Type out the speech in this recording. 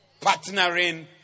Partnering